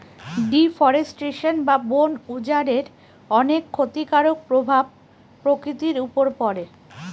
deforestation বা বন উজাড়ের অনেক ক্ষতিকারক প্রভাব প্রকৃতির উপর পড়ে